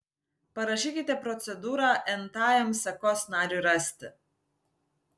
parašykite procedūrą n tajam sekos nariui rasti